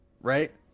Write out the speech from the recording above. Right